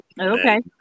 Okay